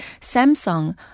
Samsung